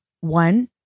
One